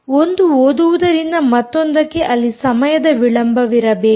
ಒಂದು ಓದುವುದರಿಂದ ಮತ್ತೊಂದಕ್ಕೆ ಅಲ್ಲಿ ಸಮಯದ ವಿಳಂಬವಿರಬೇಕು